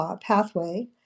pathway